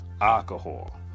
alcohol